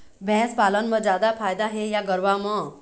भैंस पालन म जादा फायदा हे या गरवा म?